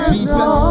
Jesus